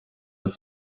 bez